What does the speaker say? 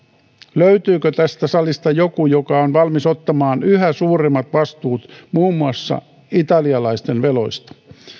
löytyykö tästä salista joku joka on valmis ottamaan yhä suuremmat vastuut muun muassa italialaisten veloista